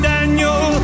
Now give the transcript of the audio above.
Daniel